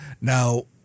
Now